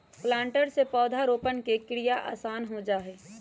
planter से पौधरोपण के क्रिया आसान हो जा हई